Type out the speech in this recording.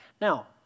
Now